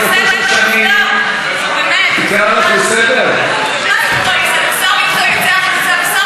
מתרומת זרע, באמת, את רוצה שאני אקרא אותך לסדר?